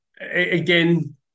again